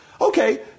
okay